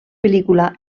pel·lícula